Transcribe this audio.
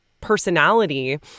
personality